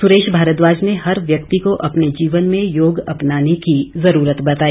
सुरेश भारद्वाज ने हर व्यक्ति को अपने जीवन में योग अपनाने की जरूरत बताई